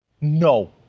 No